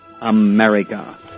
America